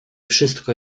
wszystko